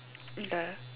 ya